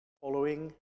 following